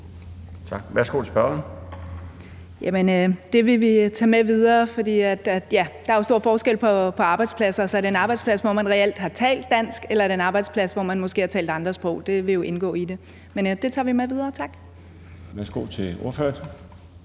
Tina Cartey Hansen (KF): Det vil vi tage med videre, for der er jo stor forskel på arbejdspladser. Er det en arbejdsplads, hvor man reelt har talt dansk, eller er det en arbejdsplads, hvor man måske har talt andre sprog? Det vil jo indgå i det. Men det tager vi med videre, tak. Kl. 12:17 Den